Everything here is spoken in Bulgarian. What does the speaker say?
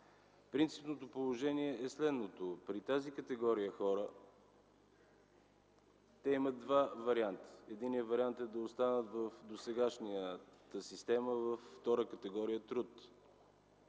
Принципното положение е следното – при тази категория хора те имат два варианта. Единият вариант е да останат в досегашната система – втора категория труд,